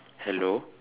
hello